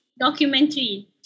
documentary